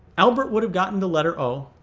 albert would have gotten the letter o,